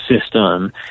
system